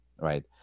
right